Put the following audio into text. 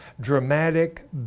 dramatic